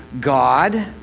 God